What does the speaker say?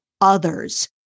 others